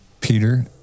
Peter